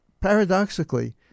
paradoxically